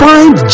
Find